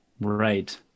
Right